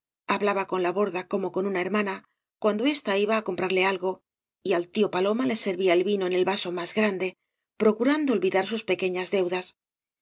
hablaba con la borda como con una hermana cuando ésta iba á comprarle algo y al tío paloma le servía el vino en el vaso más grande procurando olvidar sus pequeñas deudas el